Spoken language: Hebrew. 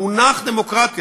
המונח דמוקרטיה,